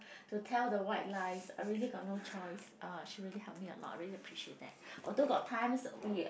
to tell the white lies I really got no choice uh she really help me a lot I really appreciate that a lot although got times we